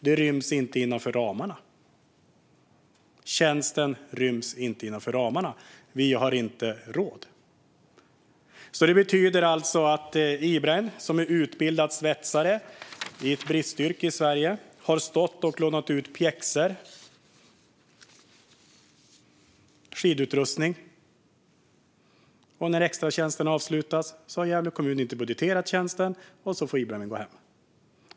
De ryms inte innanför ramarna. Ibrahim som är utbildad svetsare, ett bristyrke i Sverige, har alltså stått och lånat ut pjäxor och skidutrustning. När extratjänsten avslutas har Gävle kommun inte budgeterat tjänsten, och då får Ibrahim gå hem.